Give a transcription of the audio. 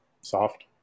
soft